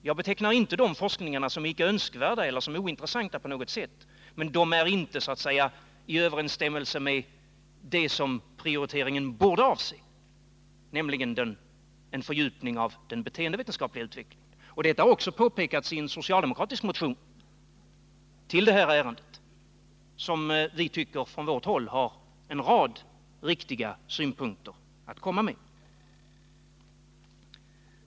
Jag betecknar inte de forskningarna som icke önskvärda eller ointressanta, men de är inte i överensstämmelse med vad prioriteringen borde avse, nämligen en fördjupning av den beteendeveten 139 skapliga utvecklingen. Detta har också påpekats i en socialdemokratisk motion till detta ärende, som vi från vårt håll tycker har en rad viktiga synpunkter.